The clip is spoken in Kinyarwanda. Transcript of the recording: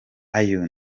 ayo